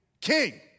King